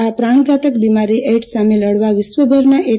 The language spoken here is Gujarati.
આ પ્રાણઘાતક બીમારી એઇડ્સ સામે લડવા વિશ્વભરના એય